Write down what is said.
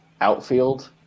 outfield